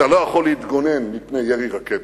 אתה לא יכול להתגונן מפני ירי רקטות,